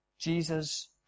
Jesus